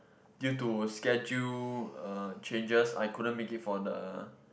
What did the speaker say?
due to schedule uh changes I couldn't make it for the